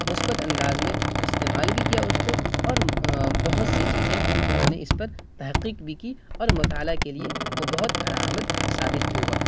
مثبت انداز میں استعمال بھی کیا اس کو اور بہت سی چیزیں انہوں نے اس پر تحقیق بھی کی اور مطالعہ کے لیے وہ بہت کارآمد ثابت بھی ہوا